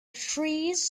trees